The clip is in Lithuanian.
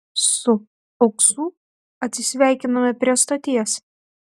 su uksu atsisveikinome prie stoties